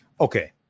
Okay